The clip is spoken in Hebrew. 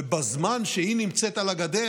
בזמן שהיא נמצאת על הגדר,